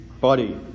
body